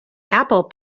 apple